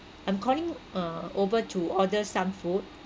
I'm calling uh over to order some food